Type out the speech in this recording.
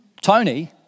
Tony